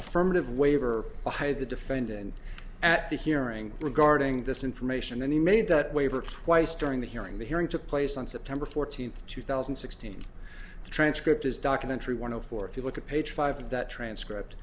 affirmative waiver to hide the defendant at the hearing regarding this information and he made that waiver twice during the hearing the hearing took place on september fourteenth two thousand and sixteen the transcript is documentary one o four if you look at page five of that transcri